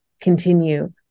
continue